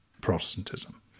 Protestantism